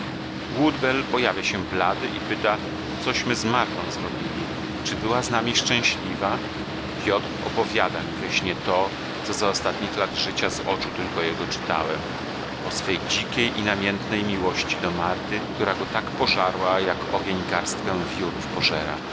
woodbell pojawia się blady i pyta cośmy z martą zrobili czy była z nami szczęśliwa piotr opowiada mi we śnie to co za ostatnich lat życia z oczu tylko jego czytałem o swej dzikiej i namiętnej miłości do marty która go tak pożarła jak ogień garstkę wiórów pożera